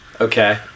okay